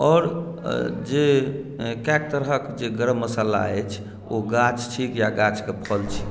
आओर जे कैयक तरहके जे गरम मसाला अछि ओ गाछ छी या गाछक फल छी